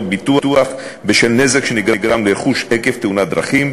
ביטוח בשל נזק שנגרם לרכוש עקב תאונת דרכים,